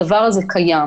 הדבר הזה קיים.